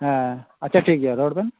ᱦᱮᱸ ᱟᱪᱪᱷᱟ ᱴᱷᱤᱠ ᱜᱮᱭᱟ ᱨᱚᱲ ᱵᱮᱱ